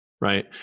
right